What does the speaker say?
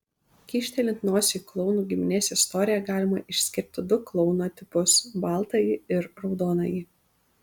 kyštelint nosį į klounų giminės istoriją galima išskirti du klouno tipus baltąjį ir raudonąjį